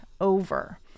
over